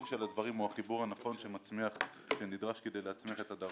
של הדברים הוא החיבור הנכון שנדרש כדי להצמיח את הדרום.